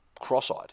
cross-eyed